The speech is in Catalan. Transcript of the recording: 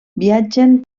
viatgen